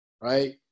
right